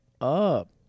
up